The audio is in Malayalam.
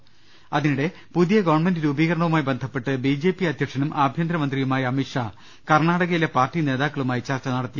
്്്്്് അതിനിടെ പുതിയ ഗവൺമെന്റ് രൂപീകരണവുമായി ബന്ധപ്പെട്ട് ബി ജെ പി അധ്യക്ഷനും ആഭ്യന്തര മന്ത്രിയുമായ അമിത്ഷാ കർണാടകയിലെ പാർട്ടി നേതാക്കളുമായി ചർച്ച നടത്തി